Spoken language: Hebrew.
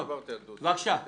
לא דיברתי על דודי, דיברתי עליכם.